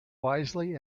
wisely